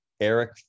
Eric